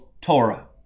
Torah